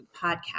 podcast